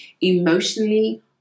emotionally